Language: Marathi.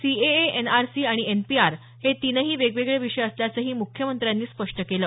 सीएए एनआरसी आणि एनपीआर हे तीनही वेगवेगळे विषय असल्याचंही मुख्यमंत्र्यांनी स्पष्ट केलं